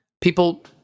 People